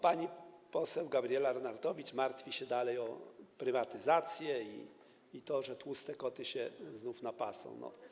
Pani poseł Gabriela Lenartowicz martwi się dalej o prywatyzację i o to, że tłuste koty znów się napasą.